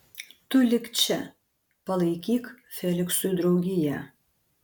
tu lik čia palaikyk feliksui draugiją